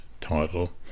title